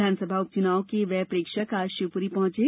विधानसभा उपचुनाव के व्यय प्रेक्षक आज शिवपुरी पहुंचे